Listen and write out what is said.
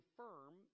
firm